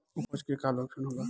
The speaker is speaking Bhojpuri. अपच के का लक्षण होला?